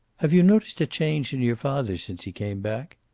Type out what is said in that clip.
have you noticed a change in your father since he came back?